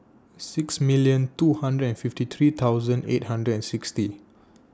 six million two hundred and fifty three thousand eight hundred and sixty